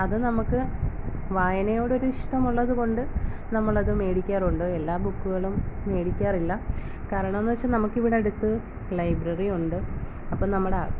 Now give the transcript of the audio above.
അത് നമുക്ക് വായനയോടൊരിഷ്ടം ഉള്ളത് കൊണ്ട് നമ്മളത് മേടിക്കാറുണ്ട് എല്ലാ ബുക്കുകളും മേടിക്കാറില്ല കാരണെന്നു വെച്ചാൽ നമുക്കിവിടടുത്ത് ലൈബ്രറിയുണ്ട് അപ്പം നമ്മുടെ